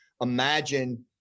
Imagine